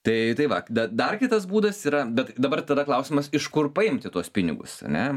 tai tai vat da dar kitas būdas yra bet dabar tada klausimas iš kur paimti tuos pinigus ane